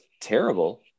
terrible